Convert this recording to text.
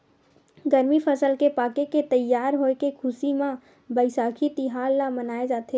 गरमी फसल के पाके के तइयार होए के खुसी म बइसाखी तिहार ल मनाए जाथे